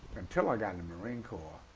until i got in the marine corps,